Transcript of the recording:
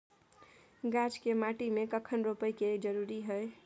गाछ के माटी में कखन रोपय के जरुरी हय?